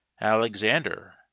Alexander